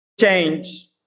change